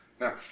Now